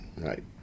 Right